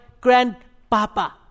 grandpapa